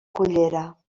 cullera